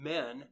Men